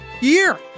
year